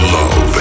love